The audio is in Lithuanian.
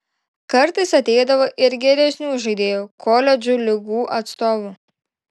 kartais ateidavo ir geresnių žaidėjų koledžų lygų atstovų